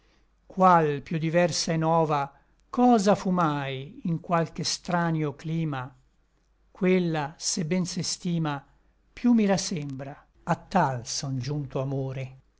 qual piú diversa et nova cosa fu mai in qual che stranio clima quella se ben s'estima piú mi rasembra a tal son giunto amore